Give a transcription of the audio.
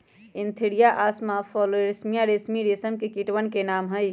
Antheraea assama Philosamia ricini रेशम के कीटवन के नाम हई